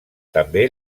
també